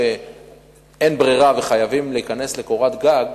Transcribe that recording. אין ברירה וחייבים להיכנס לקורת גג,